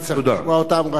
נצטרך לשמוע אותם.